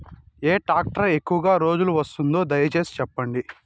ఏ tractor ఎక్కువగా రోజులు వస్తుంది, దయసేసి చెప్పండి?